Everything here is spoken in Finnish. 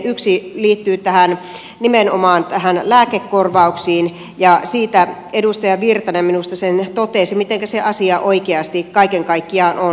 yksi liittyy nimenomaan näihin lääkekorvauksiin ja siitä edustaja virtanen minusta sen totesi mitenkä se asia oikeasti kaiken kaikkiaan on